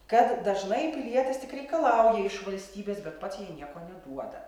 kad dažnai pilietis tik reikalauja iš valstybės bet pats jai nieko neduoda